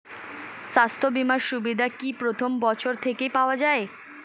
স্বাস্থ্য বীমার সুবিধা কি প্রথম বছর থেকে পাওয়া যায়?